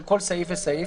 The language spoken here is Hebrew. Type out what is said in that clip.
על כל סעיף וסעיף,